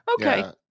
okay